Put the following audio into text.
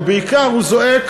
ובעיקר הוא זועק